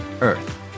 earth